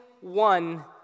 one